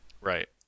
Right